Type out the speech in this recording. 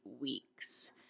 weeks